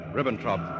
Ribbentrop